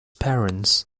parents